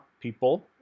people